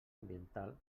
ambiental